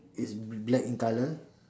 is black in colour